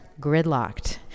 gridlocked